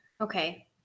okay